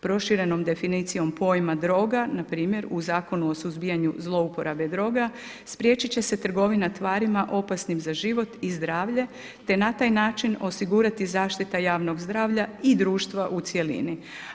Proširenom definicijom pojama droga, npr. u Zakonu o suzbijanju zlouporabe droga, spriječiti će se trgovina tvarima opasnim za život i zdravlje, te na taj način, osigurati zaštita javnog zdravlja i društva u cijeli.